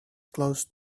close